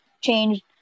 changed